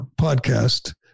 podcast